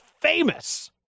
famous